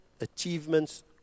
achievements